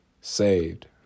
saved